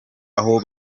aho